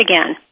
again